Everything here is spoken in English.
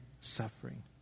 suffering